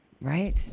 Right